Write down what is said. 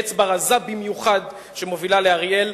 אצבע רזה במיוחד שמובילה לאריאל.